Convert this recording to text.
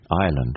Ireland